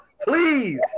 Please